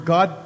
God